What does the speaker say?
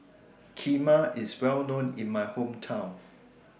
Kheema IS Well known in My Hometown